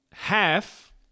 Half